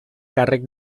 càrrec